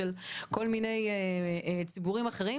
של כל מיני ציבורים אחרים,